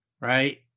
right